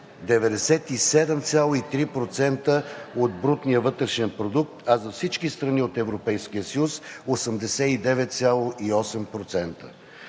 97,3% от брутния вътрешен продукт, а за всички страни от Европейския съюз – 89,8%.